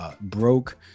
Broke